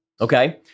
Okay